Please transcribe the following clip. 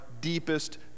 deepest